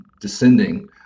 descending